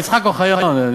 תצחק, אוחיון.